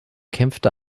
kämpfte